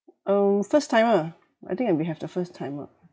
um first timer I think uh we have the first timer